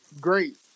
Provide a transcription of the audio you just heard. great